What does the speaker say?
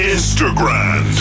Instagram